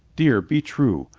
dear, be true!